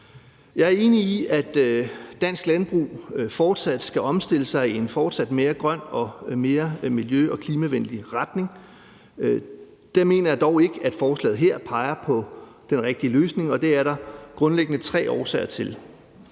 Jeg er enig i, at dansk landbrug fortsat skal omstille sig i en mere grøn og mere miljø- og klimavenlig retning. Der mener jeg dog ikke, at forslaget her peger på den rigtige løsning, og det er der grundlæggende tre årsager til.